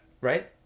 right